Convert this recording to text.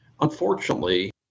Unfortunately